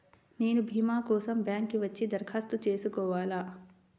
నేను భీమా కోసం బ్యాంక్కి వచ్చి దరఖాస్తు చేసుకోవాలా?